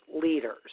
leaders